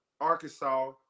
Arkansas